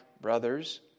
brothers